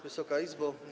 Wysoka Izbo!